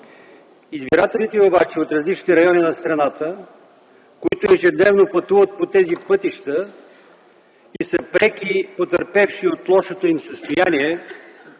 Избирателите обаче от различните райони на страната, които ежедневно пътуват по тези пътища и са преки потърпевши от лошото им състояние,